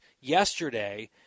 yesterday